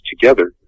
together